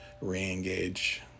re-engage